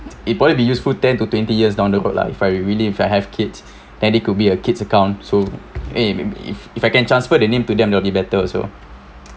it probably be useful ten to twenty years down the road lah if I really if I have kids and it could be a kid's account so eh maybe if if I can transfer the name to them they'll be better also